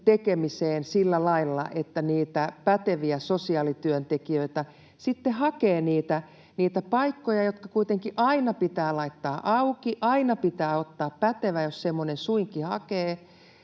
tekemiseen sillä lailla, että niitä päteviä sosiaalityöntekijöitä sitten hakee niitä paikkoja, jotka kuitenkin aina pitää laittaa auki, aina pitää ottaa pätevä, jos semmoinen suinkin hakee.